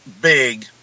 big